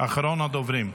אחרון הדוברים.